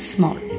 Small